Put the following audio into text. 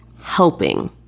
helping